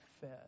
fed